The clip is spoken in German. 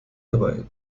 dabei